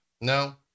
No